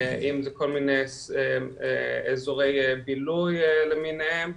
אם זה כל מיני אזורי בילוי למיניהם,